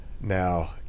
now